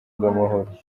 bw’amahoro